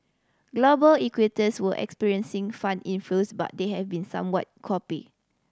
global equities were experiencing fund inflows but they have been somewhat copy